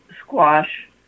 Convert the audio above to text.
squash